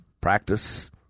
practice